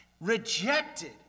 rejected